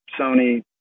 Sony